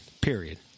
Period